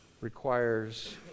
requires